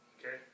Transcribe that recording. Okay